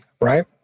right